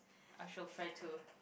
I shall try to